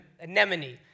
Anemone